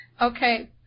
Okay